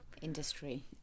industry